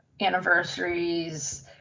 anniversaries